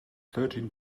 thirteen